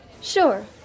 Sure